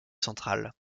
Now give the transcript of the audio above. centrale